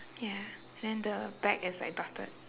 ya then the back is like dotted